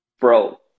Bro